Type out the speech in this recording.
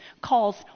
calls